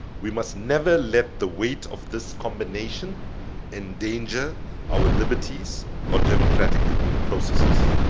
we must never let the weight of this combination endanger our liberties or democratic processes.